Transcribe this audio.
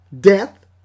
death